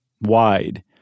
wide